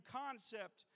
concept